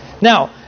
Now